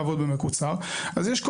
של